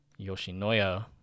Yoshinoya